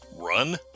Run